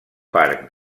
parc